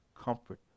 comfort